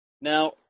now